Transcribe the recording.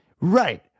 right